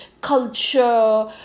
culture